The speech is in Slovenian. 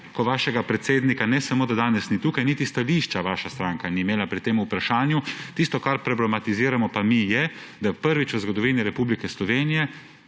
ko vašega predsednika ne samo, da danes ni tukaj, ampak niti stališča vaša stranka ni imela pri tem vprašanju. Tisto, kar mi problematiziramo, pa je, da prvič v zgodovini Republike Slovenije